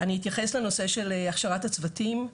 אני אתייחס לנושא של הכשרת הצוותים.